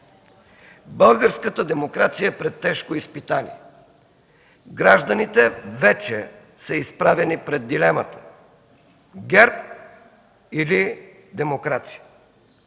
българската демокрация е пред тежко изпитание! Гражданите вече са изправени пред дилемата: ГЕРБ или демокрация?